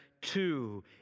two